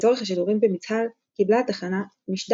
לצורך השידורים ב"מיצהל" קיבלה התחנה משדר